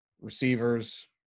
receivers